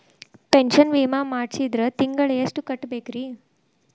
Pension ವಿಮಾ ಮಾಡ್ಸಿದ್ರ ತಿಂಗಳ ಎಷ್ಟು ಕಟ್ಬೇಕ್ರಿ?